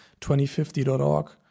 2050.org